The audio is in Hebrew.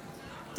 שלה,